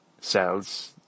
cells